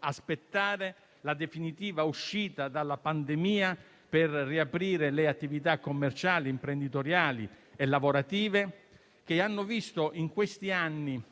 aspettare la definitiva uscita dalla pandemia per riaprire le attività commerciali, imprenditoriali e lavorative, che hanno visto in questi anni